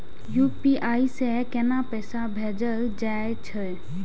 UPI से केना पैसा भेजल जा छे?